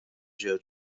ġew